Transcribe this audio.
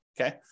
okay